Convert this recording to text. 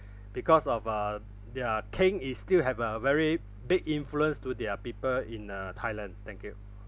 because of uh their king is still have a very big influence to their people in uh thailand thank you